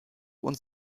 und